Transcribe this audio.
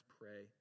pray